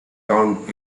count